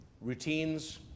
routines